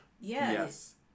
Yes